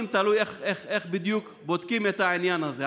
תלוי איך בדיוק בודקים את העניין הזה.